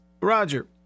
Roger